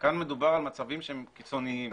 כאן מדובר על מצבים שהם קיצוניים.